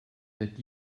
that